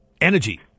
energy